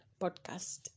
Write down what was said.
podcast